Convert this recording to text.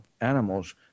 animals